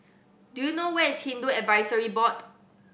do you know where is Hindu Advisory Board